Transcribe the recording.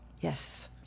Yes